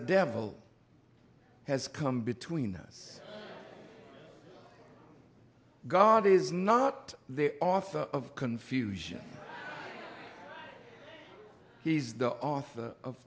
devil has come between us god is not there off of confusion he's the author of